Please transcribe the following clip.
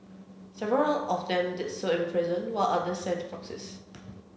several of them did so in person while others sent proxies